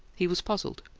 he was puzzled.